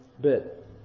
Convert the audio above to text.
bit